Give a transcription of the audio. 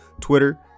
Twitter